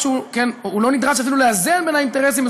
הוא לא נדרש אפילו לאזן בין האינטרסים,